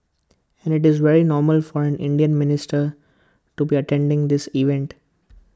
and IT is very normal for an Indian minister to be attending this event